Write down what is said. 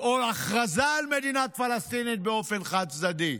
או הכרזה על מדינה פלסטינית באופן חד-צדדי.